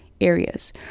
areas